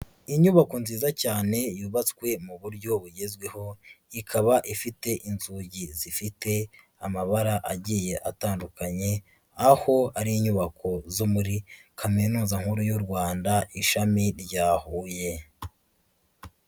Inyubako nziza cyane yubatswe mu buryo bugezweho, ikaba ifite inzugi zifite amabara agiye atandukanye, aho ari inyubako zo muri Kaminuza nkuru y'u Rwanda ishami rya Huye.